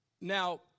Now